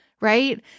right